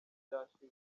byashize